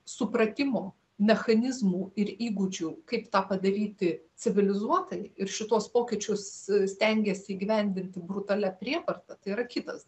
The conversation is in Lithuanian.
supratimo mechanizmų ir įgūdžių kaip tą padaryti civilizuotai ir šituos pokyčius stengėsi įgyvendinti brutalia prievarta tai yra kitas